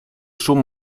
szum